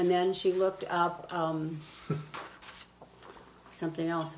and then she looked up something else